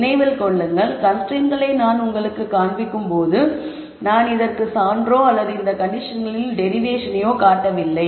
நினைவில் கொள்ளுங்கள் கன்ஸ்டரைன்ட்களை நான் உங்களுக்குக் காண்பிக்கும் போது நான் இதற்கு சான்றோ அல்லது இந்த கண்டிஷன்களின் டெரிவேஷனையோ காட்டவில்லை